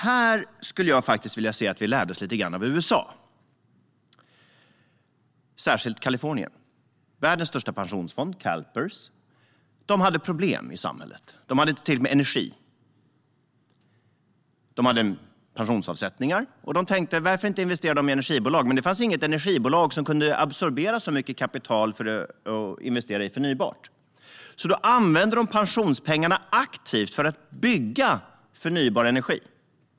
Här skulle jag faktiskt vilja se att vi lärde oss lite grann av USA, särskilt Kalifornien. Världens största pensionsfond, Calpers, hade problem i samhället. Man hade inte tillräckligt med energi. Man hade pensionsavsättningar och tänkte: Varför inte investera dem i energibolag? Men det fanns inget energibolag som kunde absorbera så mycket kapital för att investera i förnybart. Då använde man pensionspengarna aktivt för att själv bygga förnybar energi.